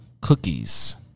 cookies